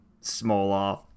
smaller